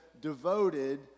devoted